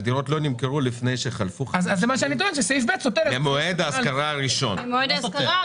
לפני שחלפו חמש שנים ממועד ההשכרה הראשון.